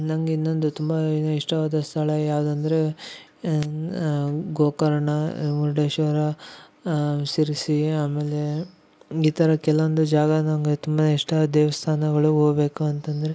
ನನಗೆ ಇನ್ನೊಂದು ತುಂಬಾನೇ ಇಷ್ಟವಾದ ಸ್ಥಳ ಯಾವ್ದು ಅಂದರೆ ಗೋಕರ್ಣ ಮುರುಡೇಶ್ವರ ಶಿರ್ಸಿ ಆಮೇಲೆ ಈ ಥರ ಕೆಲವೊಂದು ಜಾಗ ನನಗೆ ತುಂಬಾನೇ ಇಷ್ಟ ಆದ ದೇವಸ್ಥಾನಗಳು ಹೋಗ್ಬೇಕು ಅಂತಂದರೆ